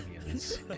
audience